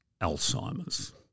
Alzheimer's